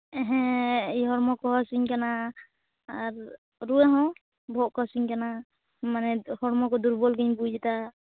ᱦᱮᱸ ᱤᱭᱟᱹ ᱦᱚᱲᱢᱚ ᱠᱚᱦᱚᱸ ᱦᱟᱹᱥᱩᱧ ᱠᱟᱱᱟ ᱟᱨ ᱨᱩᱣᱟᱹ ᱦᱚᱸ ᱵᱟᱦᱟᱜ ᱠᱚ ᱦᱟᱹᱥᱩᱧ ᱠᱟᱱᱟ ᱢᱟᱱᱮ ᱦᱚᱲᱢᱚ ᱠᱚ ᱫᱩᱨᱵᱚᱞ ᱜᱤᱧ ᱵᱩᱡ ᱮᱫᱟ